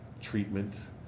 treatment